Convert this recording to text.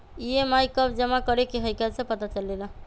EMI कव जमा करेके हई कैसे पता चलेला?